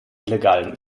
illegalen